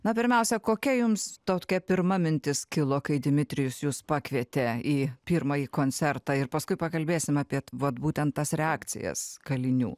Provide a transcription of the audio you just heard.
na pirmiausia kokia jums tokia pirma mintis kilo kai dimitrijus jus pakvietė į pirmąjį koncertą ir paskui pakalbėsim apie vat būtent tas reakcijas kalinių